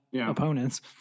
opponents